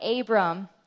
Abram